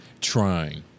Trying